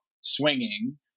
swinging